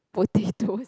potatoes